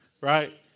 right